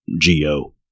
G-O